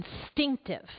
instinctive